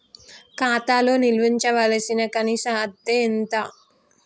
ఖాతా లో నిల్వుంచవలసిన కనీస అత్తే ఎంత?